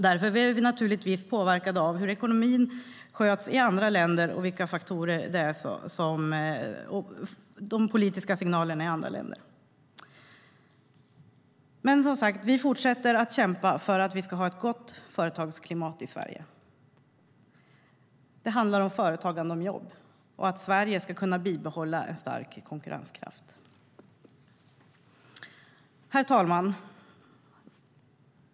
Därför är vi naturligtvis påverkade av hur ekonomin sköts i andra länder och de politiska signalerna i andra länder. Men vi fortsätter att kämpa för ett gott företagsklimat i Sverige. Det handlar om företagande och jobb, att Sverige kan bibehålla en stark konkurrenskraft. Herr talman!